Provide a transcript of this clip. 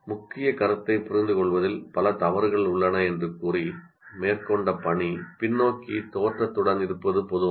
முக்கிய கருத்தை புரிந்து கொள்வதில் பல தவறுகள் உள்ளன என்று கூறி மேற்கொண்டபணி பின்னோக்கி தோற்றத்துடன் இருப்பது பொதுவானது